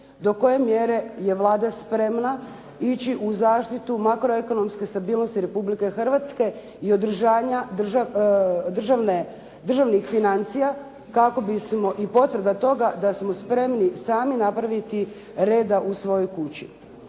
do koje mjere je Vlada spremna ići u zaštitu makroekonomske stabilnosti Republike Hrvatske i održavanja državnih financija kako bismo, i potvrda toga da smo spremni sami napraviti reda u svojoj kući.